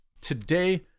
today